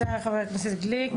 תודה חבר הכנסת לשעבר גליק.